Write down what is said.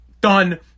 Done